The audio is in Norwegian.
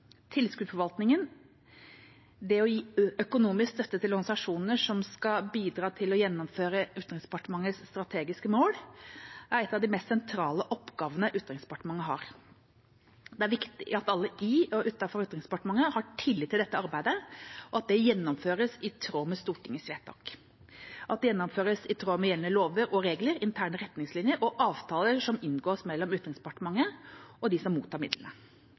Tilskuddsforvaltningen, det å gi økonomisk støtte til organisasjoner som skal bidra til å gjennomføre Utenriksdepartementets strategiske mål, er et av de mest sentrale oppgavene Utenriksdepartementet har. Det er viktig at alle i og utenfor Utenriksdepartementet har tillit til dette arbeidet – at det gjennomføres i tråd med Stortingets vedtak, at det gjennomføres i tråd med gjeldende lover og regler, interne retningslinjer og avtaler som inngås mellom Utenriksdepartementet og dem som mottar